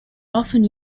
often